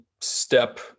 step